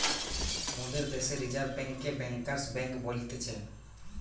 মোদের দ্যাশে রিজার্ভ বেঙ্ককে ব্যাঙ্কার্স বেঙ্ক বলতিছে